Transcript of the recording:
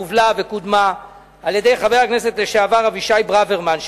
הובלה וקודמה על-ידי חבר הכנסת אבישי ברוורמן,